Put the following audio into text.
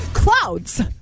clouds